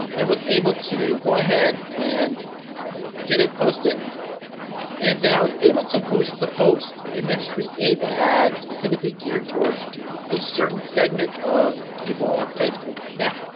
um and was able to go ahead and get it posted and then i was able to boost the post and then create an ad specifically geared towards a certain segment of people on facebook. now,